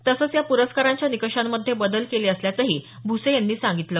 तसंच या पुरस्कारांच्या निकषांमध्ये बदल केले असल्याचंही भुसे यांनी यावेळी सांगितलं